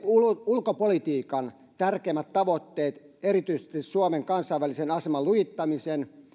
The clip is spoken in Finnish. ulkopolitiikan tärkeimmät tavoitteet erityisesti suomen kansainvälisen aseman lujittamisen